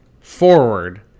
forward